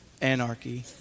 anarchy